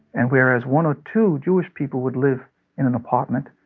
and whereas one or two jewish people would live in an apartment,